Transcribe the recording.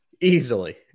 easily